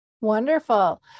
Wonderful